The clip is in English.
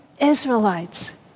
Israelites